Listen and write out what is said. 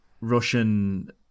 Russian